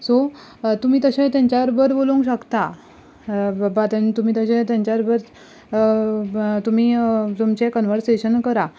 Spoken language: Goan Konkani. सो तुमी तर तशे तेंच्या बरोबर उलोवंक शकता बाबा तुमी तशें तेंच्या बरोबर तुमी तुमचें कनवर्सेशन करा